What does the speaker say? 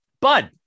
Bud